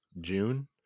june